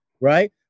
right